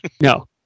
no